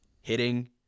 hitting